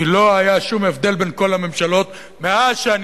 כי לא היה שום הבדל בין כל הממשלות מאז שאני